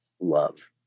love